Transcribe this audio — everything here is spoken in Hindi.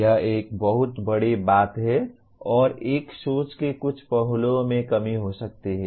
यह एक बहुत बड़ी बात है और एक सोच के कुछ पहलुओं में कमी हो सकती है